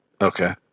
Okay